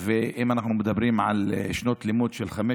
אם אנחנו מדברים על חמש שנות לימוד, שש,